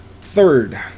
third